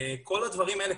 כל הדברים האלה,